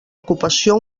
ocupació